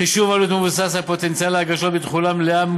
חישוב העלות מבוסס על פוטנציאל ההגשות בתחולה מלאה,